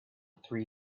three